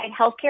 healthcare